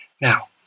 Now